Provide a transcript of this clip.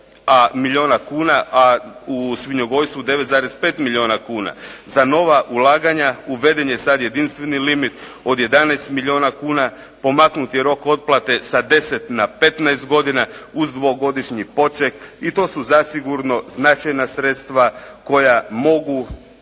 a u svinjogojstvu 9,5 milijuna kuna. Za nova ulaganja uveden je sad jedinstveni limit od 11 milijuna kuna. Pomaknut je rok otplate sa 10 na 15 godina uz dvogodišnji poček i to su zasigurno značajna sredstva koja mogu